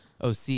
OC